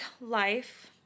life